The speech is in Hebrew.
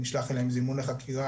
נשלח אליהם זימון לחקירה,